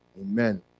Amen